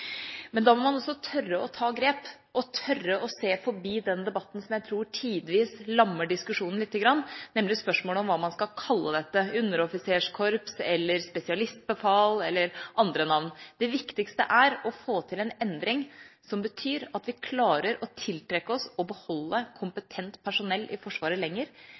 Men da må man også tørre å ta grep, tørre å se forbi den debatten som jeg tror tidvis lammer diskusjonen lite grann, nemlig spørsmålet om hva man skal kalle dette – underoffiserskorps eller spesialistbefal, eller andre navn. Det viktigste er å få til en endring som betyr at vi klarer å tiltrekke oss og beholde kompetent personell i Forsvaret lenger.